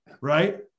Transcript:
right